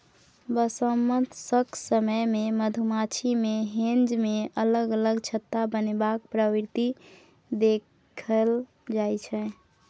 बसंमतसक समय मे मधुमाछी मे हेंज मे अलग अलग छत्ता बनेबाक प्रवृति देखल जाइ छै